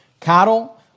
cattle